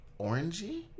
Orangey